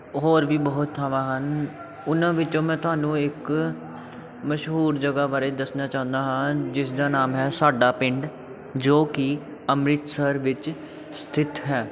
ਹੋਰ ਵੀ ਬਹੁਤ ਥਾਵਾਂ ਹਨ ਉਹਨਾਂ ਵਿੱਚੋਂ ਮੈਂ ਤੁਹਾਨੂੰ ਇੱਕ ਮਸ਼ਹੂਰ ਜਗ੍ਹਾ ਬਾਰੇ ਦੱਸਣਾ ਚਾਹੁੰਦਾ ਹਾਂ ਜਿਸਦਾ ਨਾਮ ਹੈ ਸਾਡਾ ਪਿੰਡ ਜੋ ਕਿ ਅੰਮ੍ਰਿਤਸਰ ਵਿੱਚ ਸਥਿਤ ਹੈ